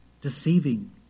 deceiving